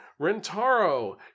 Rentaro